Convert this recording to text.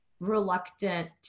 Reluctant